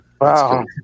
Wow